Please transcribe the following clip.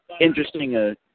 interesting